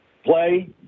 play